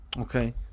okay